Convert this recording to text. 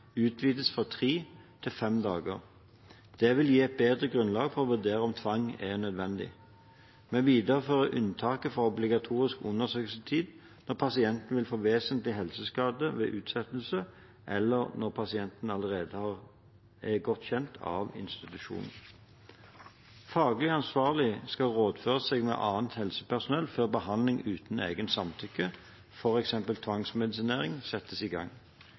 utvides fra tre til fem dager. Det vil gi et bedre grunnlag for å vurdere om tvang er nødvendig. Vi viderefører unntaket fra obligatorisk undersøkelsestid når pasienten vil få vesentlig helseskade ved utsettelse, eller når pasienten allerede er godt kjent av institusjonen. Faglig ansvarlig skal rådføre seg med annet helsepersonell før behandling uten eget samtykke – f.eks. tvangsmedisinering – settes i gang.